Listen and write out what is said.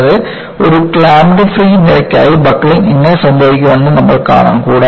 കൂടാതെ ഒരു clamped free നിരയ്ക്കായി ബക്ക്ലിംഗ് എങ്ങനെ സംഭവിക്കുമെന്ന് നമ്മൾ കാണും